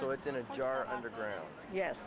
so it's in a jar underground yes